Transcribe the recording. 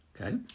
Okay